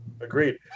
Agreed